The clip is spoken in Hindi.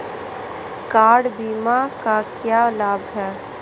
कार बीमा का क्या लाभ है?